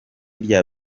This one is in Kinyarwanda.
rya